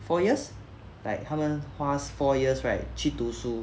four years like 他们花 four years right 去读书